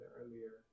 earlier